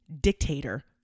dictator